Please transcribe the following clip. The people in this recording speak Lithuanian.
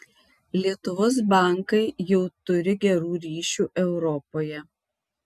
lietuvos bankai jau turi gerų ryšių europoje